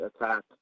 attack